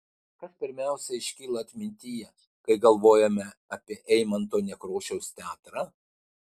kas pirmiausia iškyla atmintyje kai galvojame apie eimunto nekrošiaus teatrą